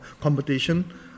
competition